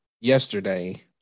yesterday